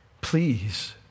Please